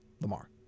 Lamar